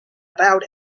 about